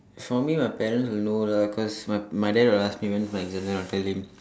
for me my parents will know lah cause my my dad will ask me when's my exam then I'll tell him